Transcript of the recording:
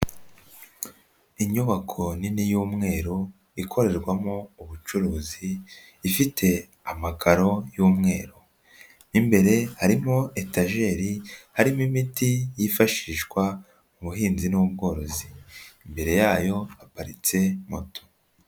Inyubako nini y'umweru ikorerwamo ubucuruzi ifite amakaro y'umweru mu imbere harimo etajeri harimo imiti yifashishwa mu buhinzi n'ubworozi, imbere yayo haparitse moto.